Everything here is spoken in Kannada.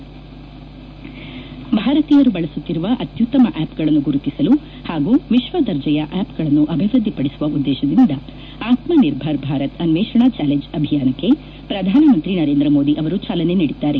ನಂಜುಂಡಪ್ಪ ಮೈಲಾರಲಿಂಗ ಭಾರತೀಯರು ಬಳಸುತ್ತಿರುವ ಅತ್ಯುತ್ತಮ ಆಪ್ಗಳನ್ನು ಗುರುತಿಸಲು ಹಾಗೂ ವಿಶ್ವ ದರ್ಜೆಯ ಆಪ್ಗಳನ್ನು ಅಭಿವೃದ್ಧಿಪಡಿಸುವ ಉದ್ದೇಶದಿಂದ ಆತ್ಲನಿರ್ಭರ್ ಭಾರತ್ ಅನ್ವೇಷಣಾ ಚಾಲೆಂಜ್ ಅಭಿಯಾನಕ್ಕೆ ಪ್ರಧಾನಮಂತ್ರಿ ನರೇಂದ್ರ ಮೋದಿ ಅವರು ಚಾಲನೆ ನೀಡಿದ್ದಾರೆ